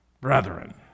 Brethren